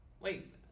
Wait